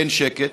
אין שקט,